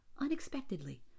unexpectedly